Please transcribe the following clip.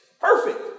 Perfect